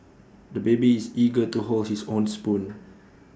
the baby is eager to hold his own spoon